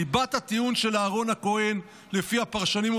לפי הפרשנים,